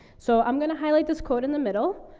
so i'm gonna highlight this quote in the middle.